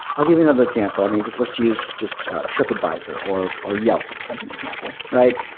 i'll give you another example. i mean, just let's use just tripadvisor, or or yelp as an example, right?